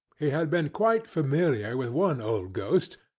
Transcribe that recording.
he had been quite familiar with one old ghost,